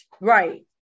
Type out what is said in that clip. Right